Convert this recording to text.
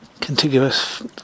contiguous